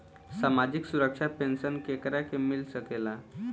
सामाजिक सुरक्षा पेंसन केकरा के मिल सकेला?